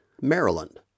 Maryland